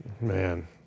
man